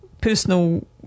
Personal